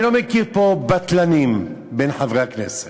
אני לא מכיר פה בטלנים בין חברי הכנסת.